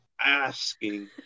asking